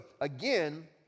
again